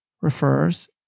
refers